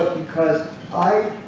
because i